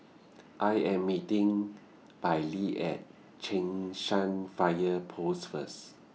I Am meeting Bailee At Cheng San Fire Post First